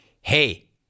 Hey